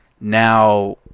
now